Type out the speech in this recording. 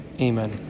Amen